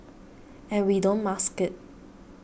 and we don't mask it